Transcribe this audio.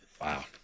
Wow